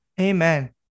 Amen